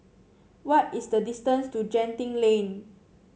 what is the distance to Genting Lane